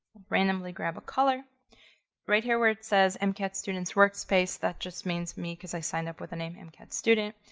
randomly grab a color right here where it says and mcat students workspace that just means me cuz i signed up with the name and kid student,